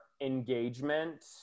engagement